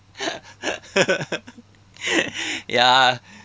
ya